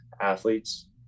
athletes